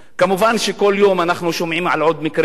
כמובן, כל יום אנחנו שומעים על עוד מקרה.